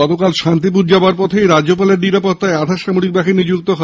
গতকাল শান্তিপুর যাওয়ার পথেই রাজ্যপালের নিরাপত্তায় আধা সামরিক বাহিনী যুক্ত হয়